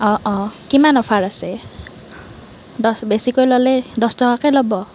কিমান অফাৰ আছে দছ বেছিকৈ ল'লে দছ টকাকৈ ল'ব